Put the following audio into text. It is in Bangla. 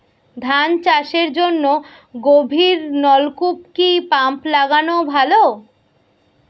ধান চাষের জন্য গভিরনলকুপ কি পাম্প লাগালে ভালো?